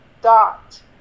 dot